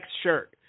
shirt